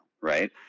right